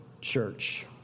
church